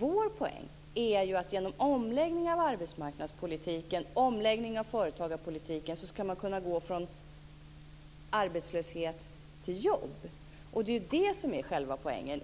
Vår poäng är att man genom en omläggning av arbetsmarknadspolitiken och företagarpolitiken ska kunna gå från arbetslöshet till jobb. Det är själva poängen,